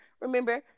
Remember